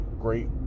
great